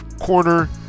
Corner